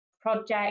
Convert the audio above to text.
project